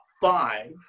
five